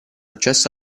accesso